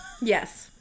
Yes